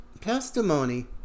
testimony